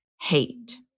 hate